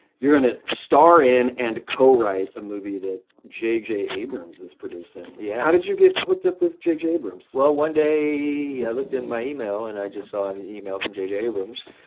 you're gonna star in and co-write a movie that jj abrams is producing. yeah. how did you get hooked up with jj abrams? well one day, i looked in my email and i just saw an email from jj abrams.